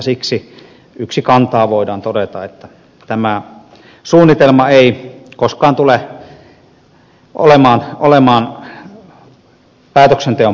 siksi yksikantaan voidaan todeta että tämä suunnitelma ei koskaan tule olemaan päätöksenteon pohjana